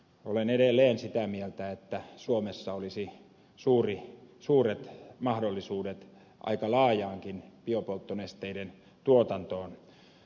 olen edelleen sitä mieltä että suomessa olisi suuret mahdollisuudet aika laajaankin biopolttonesteiden tuotantoon